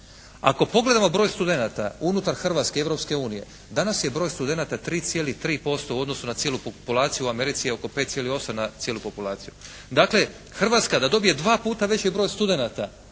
Ako pogledamo broj studenata unutar Hrvatske i Europske unije danas je broj studenata 3,3% u odnosu na cijelu populaciji, u Americi je oko 5,8% na cijelu populaciju. Dakle Hrvatska da dobije dva puta veći broj studenata